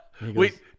Wait